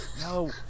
No